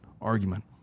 argument